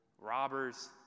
robbers